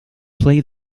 play